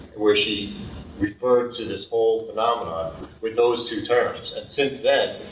where she referred to this whole phenomenon with those two terms, and since then,